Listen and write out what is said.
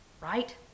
right